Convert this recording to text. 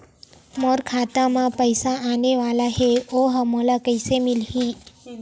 मोर खाता म पईसा आने वाला हे ओहा मोला कइसे मिलही?